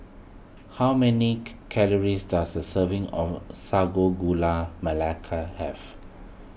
how many calories does a serving of Sago Gula Melaka have